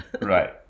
right